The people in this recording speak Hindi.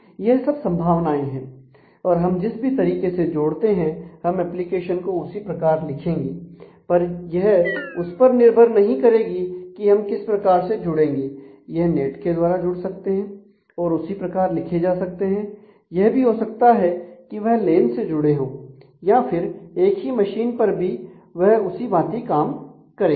यह सब संभावनाएं हैं और हम जिस भी तरीके से जोड़ते हैं हम एप्लीकेशन को उसी प्रकार लिखेंगे पर यह उस पर निर्भर नहीं करेगी कि हम किस प्रकार से जुड़ेंगे यह नेट के द्वारा जुड़ सकते हैं और उसी प्रकार लिखे जा सकते हैं यह भी हो सकता है कि वह लेन से जुड़े हो या फिर एक ही मशीन पर भी वह उसी भांति काम करेंगे